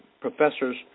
professors